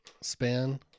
span